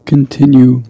continue